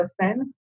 listen